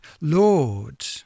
Lord